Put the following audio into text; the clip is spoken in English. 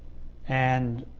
and